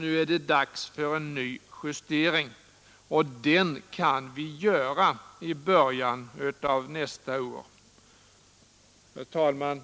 Nu är det dags för en ny justering, och den kan vi göra i början av nästa år. Herr talman!